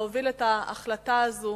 הוביל את ההחלטה הזאת